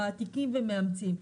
מעתיקים ומאמצים.